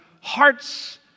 hearts